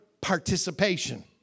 participation